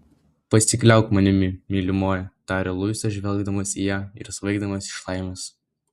pasikliauk manimi mylimoji tarė luisas žvelgdamas į ją ir svaigdamas iš laimės